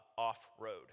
off-road